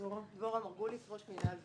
דבורה מרגוליס, ראש מינהל ור"ה.